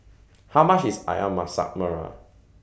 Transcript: How much IS Ayam Masak Merah